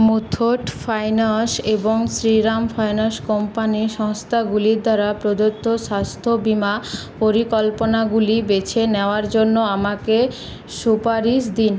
Muthoot finance এবং Shriram finance company সংস্থাগুলি দ্বারা প্রদত্ত স্বাস্থ্য বিমা পরিকল্পনাগুলি বেছে নেওয়ার জন্য আমাকে সুপারিশ দিন